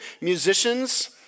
musicians